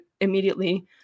immediately